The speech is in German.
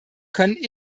könnten